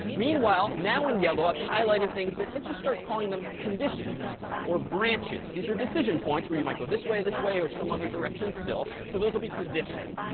meanwhile, now in yellow, i've highlighted things that let's just start calling them conditions or branches. these are decision points where you might go this way, this way, or some other direction still. so those will be conditions.